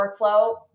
workflow